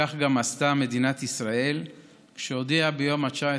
כך עשתה גם מדינת ישראל כשהודיעה ביום 19